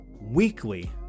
weekly